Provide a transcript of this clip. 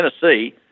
Tennessee